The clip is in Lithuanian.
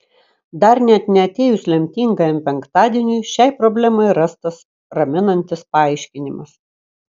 dar net neatėjus lemtingajam penktadieniui šiai problemai rastas raminantis paaiškinimas